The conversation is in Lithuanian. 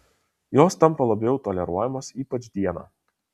jos tampa labiau toleruojamos ypač dieną